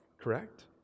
correct